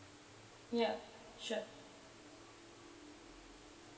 ya sure